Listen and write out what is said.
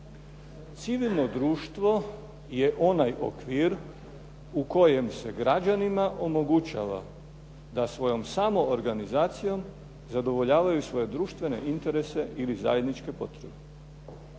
Civilno društvo je onaj okvir u kojem se građanima omogućava da svojom samoorganizacijom zadovoljavaju svoje društvene interesa ili zajedničke potrebe.